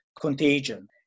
contagion